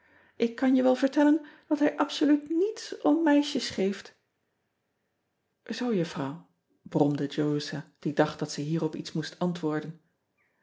k kan je wel vertellen dat hij absoluut niets om meisjes geeft oo juffrouw bromde erusha die dacht dat zij hierop iets moest antwoorden